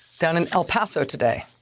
down in el paso today,